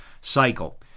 cycle